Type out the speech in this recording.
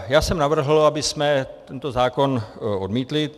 Já jsem navrhl, abychom tento zákon odmítli.